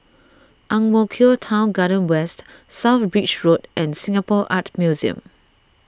Ang Mo Kio Town Garden West South Bridge Road and Singapore Art Museum